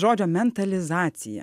žodžio mentalizacija